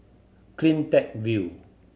Cleantech View